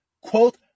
quote